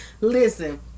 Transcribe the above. Listen